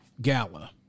Gala